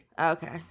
Okay